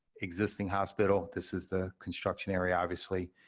existing hospital, this is the construction area, obviously,